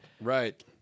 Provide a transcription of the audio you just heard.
Right